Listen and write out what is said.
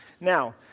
Now